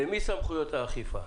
למי סמכויות האכיפה?